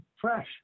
fresh